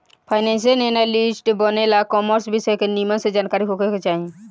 financial analyst बने ला commerce विषय के निमन से जानकारी होखे के चाही